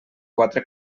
quatre